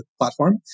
platform